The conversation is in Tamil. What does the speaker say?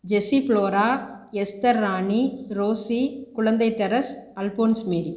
ஜெஸி ஃப்ளோரா எஸ்தெர் ராணி ரோஸி குழந்தை தரஸ் அல்போன்ஸ் மேரி